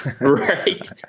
Right